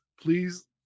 please